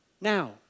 Now